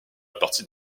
partie